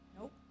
Nope